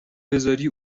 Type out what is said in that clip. بزاری